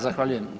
Zahvaljujem.